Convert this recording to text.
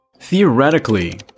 Theoretically